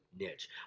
niche